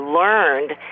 learned